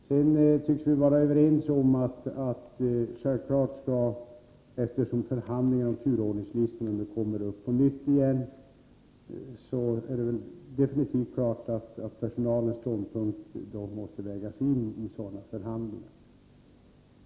Vi tycks också vara överens på en annan punkt: Det är klart att personalens ståndpunkter måste vägas in i de förhandlingar om turordningslistor som nu kommer upp på nytt.